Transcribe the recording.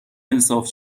انصاف